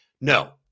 No